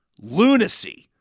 Lunacy